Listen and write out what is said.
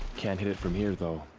can't hit it from here, though.